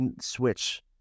Switch